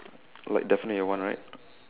like definitely your one right